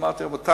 אמרתי: רבותי,